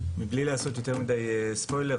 מבלי לעשות יותר מדי ספויילר,